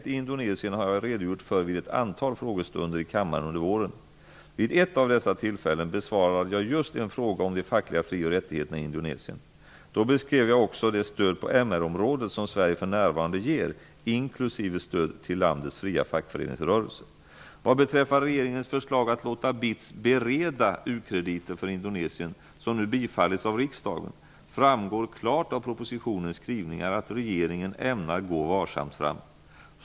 Indonesien har jag redogjort för vid ett antal frågestunder i kammaren under våren. Vid ett av dessa tillfällen besvarade jag just en fråga om de fackliga fri och rättigheterna i Indonesien. Då beskrev jag också det stöd på MR-området som Sverige för närvarande ger, inkl. stöd till landets fria fackföreningsrörelse. Vad beträffar regeringens förslag att låta BITS bereda u-krediter för Indonesien, som nu bifallits av riksdagen, framgår klart av propositionens skrivningar att regeringen ämnar gå varsamt fram.